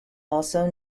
also